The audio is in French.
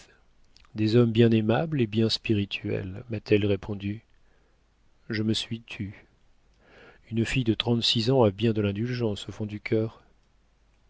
des hommes bien aimables et bien spirituels m'a-t-elle répondu je me suis tue une fille de trente-six ans a bien de l'indulgence au fond du cœur